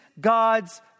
God's